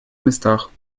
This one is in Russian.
местах